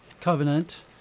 covenant